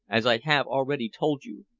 as i have already told you,